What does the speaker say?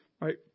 right